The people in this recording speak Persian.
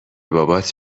بابات